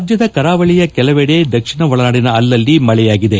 ರಾಜ್ಞದ ಕರಾವಳಿಯ ಕೆಲವೆಡೆ ದಕ್ಷಿಣ ಒಳನಾಡಿನ ಅಲ್ಲಲ್ಲಿ ಮಳೆಯಾಗಿದೆ